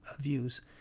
views